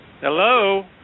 Hello